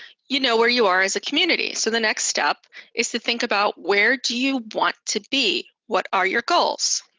you know where you are as a community. so the next step is to think about where do you want to be, what are your goals?